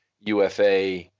UFA